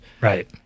Right